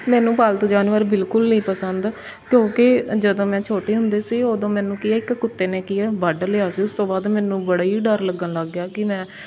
ਮੈਨੂੰ ਪਾਲਤੂ ਜਾਨਵਰ ਬਿਲਕੁਲ ਨਹੀਂ ਪਸੰਦ ਕਿਉਂਕਿ ਜਦੋਂ ਮੈਂ ਛੋਟੀ ਹੁੰਦੀ ਸੀ ਉਦੋਂ ਮੈਨੂੰ ਕੀ ਆ ਇੱਕ ਕੁੱਤੇ ਨੇ ਕੀ ਆ ਵੱਢ ਲਿਆ ਸੀ ਉਸ ਤੋਂ ਬਾਅਦ ਮੈਨੂੰ ਬੜਾ ਹੀ ਡਰ ਲੱਗਣ ਲੱਗ ਗਿਆ ਕਿ ਮੈਂ